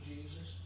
Jesus